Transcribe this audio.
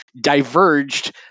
diverged